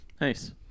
Nice